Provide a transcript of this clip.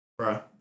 Bruh